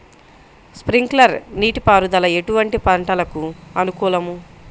Sprinkler నీటిపారుదల ఎటువంటి పంటలకు అనుకూలము?